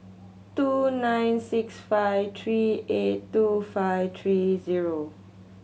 two nine six five three eight two five three zero